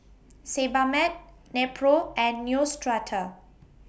Sebamed Nepro and Neostrata